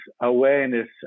awareness